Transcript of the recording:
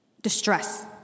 distress